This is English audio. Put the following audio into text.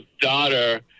daughter